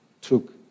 took